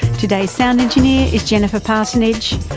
today's sound engineer is jenifer parsonage.